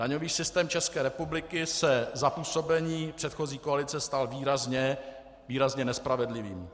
Daňový systém České republiky se za působení předchozí koalice stal výrazně nespravedlivým.